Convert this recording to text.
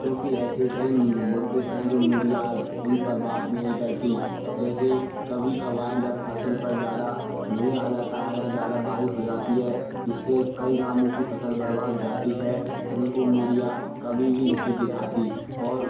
क्योंकि ऐसे कई मुद्दे हैं जो मीडिया उन पर बात नहीं करती जैसे कभी कबार जब फसल पर ज़्यादा मेह आ जाता है या ज़्यादा बारिश हो जाती है जिससे कई गांवों की फसल बर्बाद हो जाती है उनको मीडिया कभी भी नहीं दिखाती और